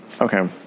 okay